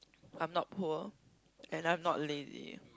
I'm not poor and I'm not lazy